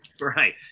right